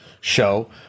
show